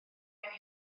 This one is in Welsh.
gen